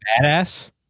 badass